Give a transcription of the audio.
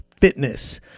Fitness